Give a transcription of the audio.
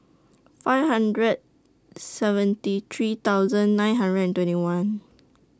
five hundred seventy three thousand nine hundred and twenty one